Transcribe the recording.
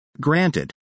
Granted